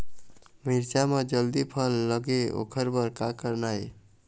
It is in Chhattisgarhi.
मिरचा म जल्दी फल लगे ओकर बर का करना ये?